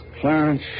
Clarence